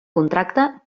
contracte